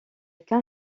qu’un